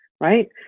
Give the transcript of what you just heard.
right